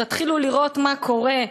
תתחילו לראות מה קורה.